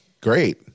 great